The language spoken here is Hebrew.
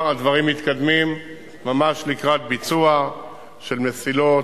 הדברים מתקדמים ממש לקראת ביצוע של מסילות,